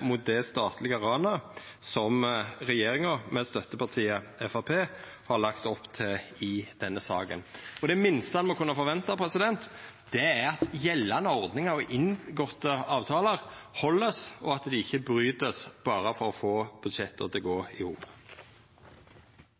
mot det statlege ranet som regjeringa, med støttepartiet Framstegspartiet, har lagt opp til i denne saka. Det minste ein må kunna forventa, er at gjeldande ordningar og inngåtte avtalar vert haldne, og at dei ikkje vert brotne berre for å få budsjetta til å gå i hop.